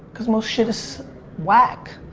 cause most shit is whack,